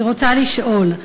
אני רוצה לשאול: